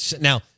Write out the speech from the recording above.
now